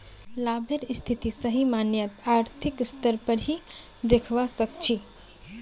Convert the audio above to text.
लाभेर स्थिति सही मायनत आर्थिक स्तर पर ही दखवा सक छी